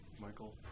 Michael